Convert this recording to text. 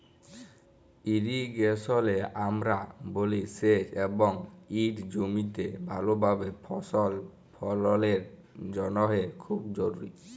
ইরিগেশলে আমরা বলি সেঁচ এবং ইট জমিতে ভালভাবে ফসল ফললের জ্যনহে খুব জরুরি